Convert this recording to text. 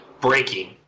breaking